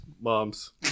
Moms